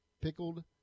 pickled